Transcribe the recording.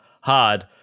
hard